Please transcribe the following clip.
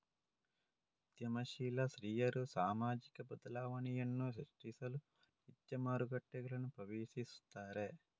ಉದ್ಯಮಶೀಲ ಸ್ತ್ರೀಯರು ಸಾಮಾಜಿಕ ಬದಲಾವಣೆಯನ್ನು ಸೃಷ್ಟಿಸಲು ವಾಣಿಜ್ಯ ಮಾರುಕಟ್ಟೆಗಳನ್ನು ಪ್ರವೇಶಿಸುತ್ತಾರೆ